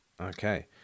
okay